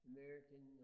American